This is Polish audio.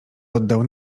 oddał